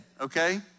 okay